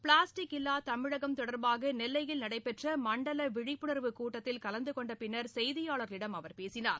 plastic இல்லா தமிழகம் தொடர்பாக நெல்லையில் நடைபெற்ற மண்டல விழிப்புணர்வு கூட்டத்தில் கலந்து கொண்ட பின்னர் செய்தியாளர்களிடம் அவர் பேசினார்